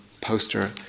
poster